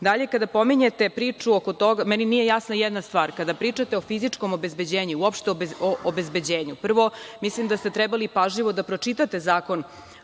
dobra. Kada pominjete priču oko toga, meni nije jasna jedna stvar. Kada pričate o fizičkom obezbeđenju, i uopšte o obezbeđenju, prvo, mislim da ste trebali pažljivo da pročitate Zakon